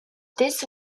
these